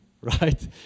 right